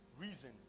Reason